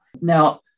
Now